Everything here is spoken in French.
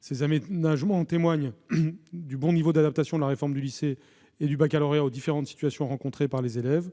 Ces aménagements témoignent du bon niveau d'adaptation de la réforme du lycée et du baccalauréat aux différentes situations rencontrées par les élèves :